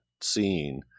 scene